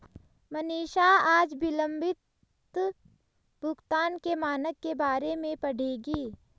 मनीषा आज विलंबित भुगतान के मानक के बारे में पढ़ेगी